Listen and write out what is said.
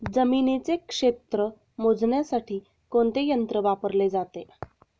जमिनीचे क्षेत्र मोजण्यासाठी कोणते यंत्र वापरले जाते?